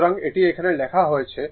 সুতরাং এটি এখানে লেখা হয়েছে